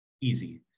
easy